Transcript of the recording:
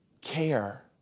care